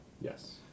Yes